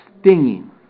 stinging